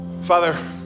Father